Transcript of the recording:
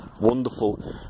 wonderful